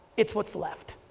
it's what's left.